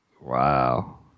Wow